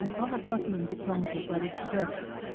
other pertinent examples i would suggest